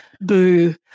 Boo